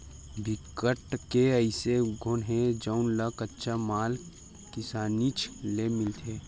बिकट के अइसे उद्योग हे जउन ल कच्चा माल किसानीच ले मिलथे